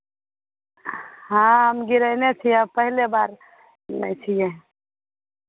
हँ हम गिरयने छियै पहिले बार नहि छियै